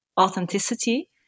authenticity